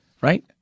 right